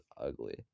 ugly